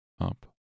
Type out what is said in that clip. up